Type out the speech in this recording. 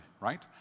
right